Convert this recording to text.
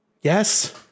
yes